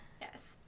Yes